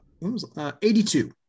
82